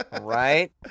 right